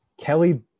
Kelly